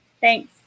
Thanks